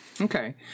Okay